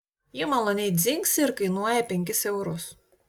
ji maloniai dzingsi ir kainuoja penkis eurus